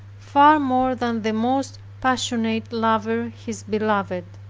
far more than the most passionate lover his beloved